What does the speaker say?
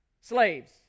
Slaves